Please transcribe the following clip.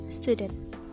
student